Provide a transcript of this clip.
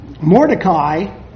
Mordecai